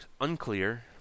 unclear